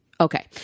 Okay